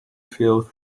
field